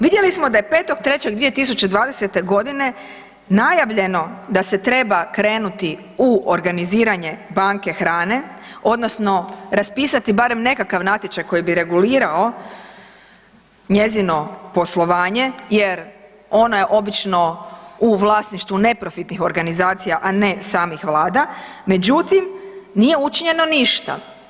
Vidjeli smo da je 5.3.2020. godine najavljeno da se treba krenuti u organiziranje banke hrane odnosno raspisati barem nekakav natječaj koji bi regulirao njezino poslovanje jer ona je obično u vlasništvu neprofitnih organizacija, a ne samih vlada, međutim nije učinjeno ništa.